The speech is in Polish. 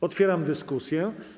Otwieram dyskusję.